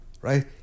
Right